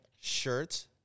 shirt